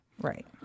Right